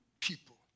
people